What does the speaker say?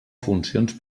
funcions